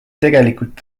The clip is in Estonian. tegelikult